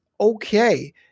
okay